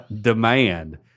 Demand